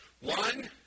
One